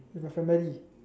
definitely